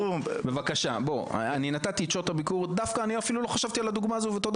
דווקא אני לא חשבתי על הדוגמה הזו ותודה